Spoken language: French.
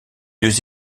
deux